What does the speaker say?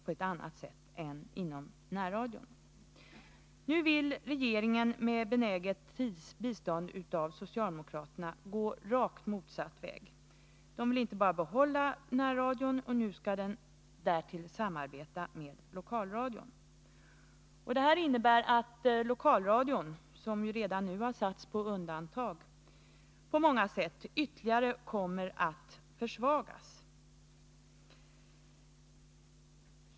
Regeringen vill nu med benäget bistånd av socialdemokraterna gå rakt motsatt väg — den vill inte bara behålla närradion, nu skall denna därtill samarbeta med lokalradion. Det innebär att lokalradion, som redan nu har satts på undantag på många sätt, ytterligare kommer att försvagas.